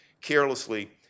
carelessly